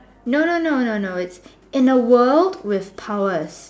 no no no no no it's in a world with powers